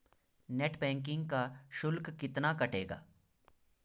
Net banking का शुल्क कितना कटेगा?